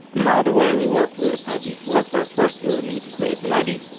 now, the way we work with the selector first, we would need to create a ninety.